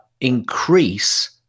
increase